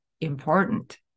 important